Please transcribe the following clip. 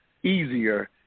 easier